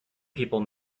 people